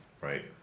right